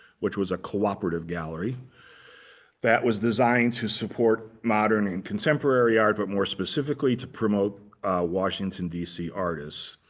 which was a cooperative gallery that was designed to support modern and contemporary art but more specifically, to promote washington dc artists.